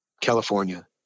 California